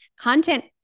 content